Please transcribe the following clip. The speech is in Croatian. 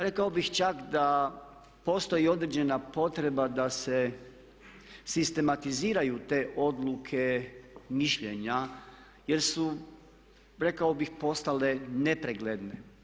Rekao bih čak da postoji i određena potreba da se sistematiziraju te odluke, mišljenja jer su rekao bih postale nepregledne.